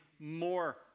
more